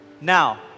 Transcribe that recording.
Now